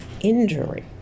injury